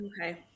Okay